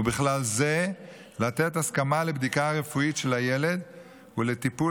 ובכלל זה לתת הסכמה לבדיקה רפואית של הילד ולטיפול